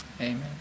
Amen